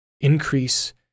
increase